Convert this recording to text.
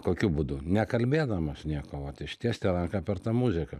kokiu būdu nekalbėdamas nieko vat ištiesti ranką per tą muziką